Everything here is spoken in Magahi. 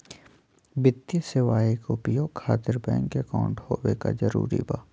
वित्तीय सेवाएं के उपयोग खातिर बैंक अकाउंट होबे का जरूरी बा?